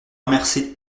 remercier